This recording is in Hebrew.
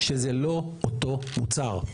שזה לא אותו מוצר.